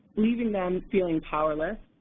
leaving them feeling powerless.